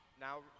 Now